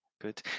good